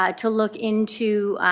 ah to look into